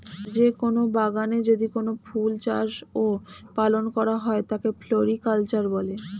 যে কোন বাগানে যদি কোনো ফুল চাষ ও পালন করা হয় তাকে ফ্লোরিকালচার বলে